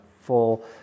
full